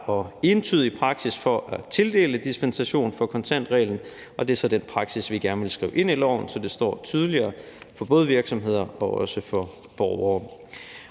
og entydig praksis for at tildele dispensation for kontantreglen, og det er så den praksis, vi gerne vil skrive ind i loven, så det står tydeligere for både virksomheder og borgere.